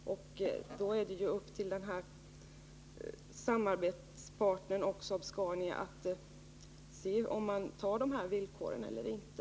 Då är det upp till denna samarbetspartner och Saab-Scania att avgöra om de går med på villkoren eller inte.